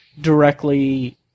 directly